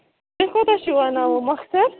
تۄہہِ کوٗتاہ چھُو وَنان وۄنۍ مۄخثر